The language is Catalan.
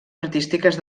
artístiques